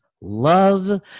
love